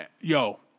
Yo